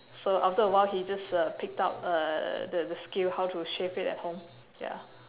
so after a while he just uh picked up uh the the skill how to shave it at home ya